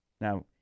Now